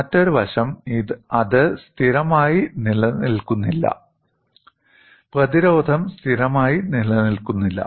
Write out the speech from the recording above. മറ്റൊരു വശം അത് സ്ഥിരമായി നിലനിൽക്കുന്നില്ല പ്രതിരോധം സ്ഥിരമായി നിലനിൽക്കുന്നില്ല